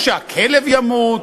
או שהכלב ימות,